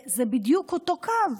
זה בדיוק אותו קו,